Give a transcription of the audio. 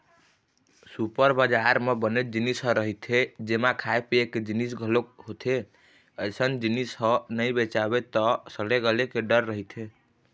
super बजार म बनेच जिनिस ह रहिथे जेमा खाए पिए के जिनिस घलोक होथे, अइसन जिनिस ह नइ बेचावय त सड़े गले के डर रहिथे